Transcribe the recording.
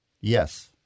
yes